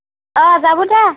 অঁ যাব দা